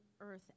earth